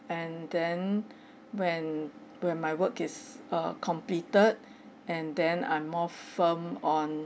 and then when when my work is uh completed and then I'm more firm on